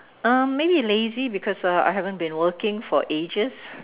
um maybe lazy because I haven't been working for ages